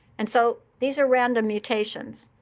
and so these are random mutations.